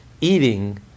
Eating